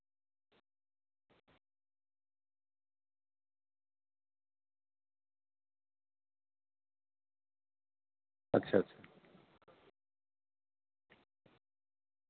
ᱟᱪᱪᱷᱟ ᱟᱪᱪᱷᱟ